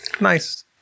Nice